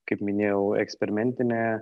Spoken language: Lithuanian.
kaip minėjau eksperimentinę